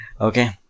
Okay